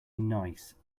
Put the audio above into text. nice